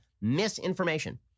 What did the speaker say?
Misinformation